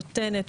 נותנת,